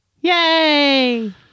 Yay